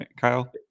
Kyle